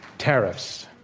tariffs.